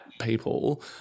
people